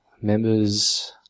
members